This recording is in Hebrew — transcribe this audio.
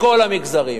מכל המגזרים,